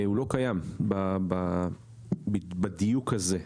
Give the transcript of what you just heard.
הוא לא קיים בדיוק הזה,